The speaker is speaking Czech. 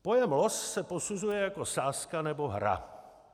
Pojem los se posuzuje jako sázka nebo hra.